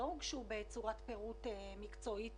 הם לא הוגשו בצורת פירוט מקצועית